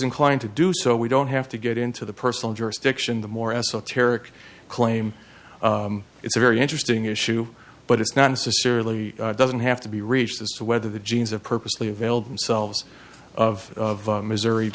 inclined to do so we don't have to get into the personal jurisdiction the more esoteric claim it's a very interesting issue but it's not necessarily doesn't have to be reached as to whether the genes have purposely availed themselves of missouri